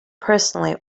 personally